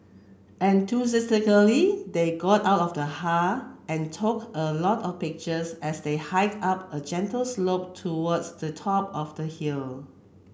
enthusiastically they got out of the car and took a lot of pictures as they hike up a gentle slope towards the top of the hill